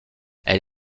elle